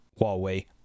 Huawei